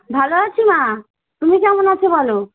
ভালো আছি মা তুমি কেমন আছ বলো